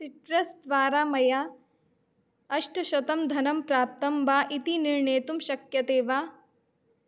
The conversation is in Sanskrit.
सिट्रस् द्वारा मया अष्टशतं धनं प्राप्तं वा इति निर्णेतुं शक्यते वा